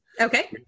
okay